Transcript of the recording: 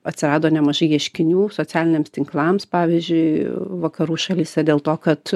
atsirado nemažai ieškinių socialiniams tinklams pavyzdžiui vakarų šalyse dėl to kad